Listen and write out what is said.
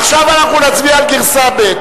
עכשיו אנחנו נצביע על גרסה ב'.